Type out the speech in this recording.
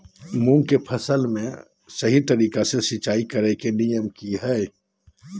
मूंग के फसल में सही तरीका से सिंचाई करें के नियम की हय?